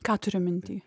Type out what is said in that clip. ką turiu mintyj